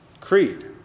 Creed